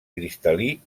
cristal·lí